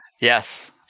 Yes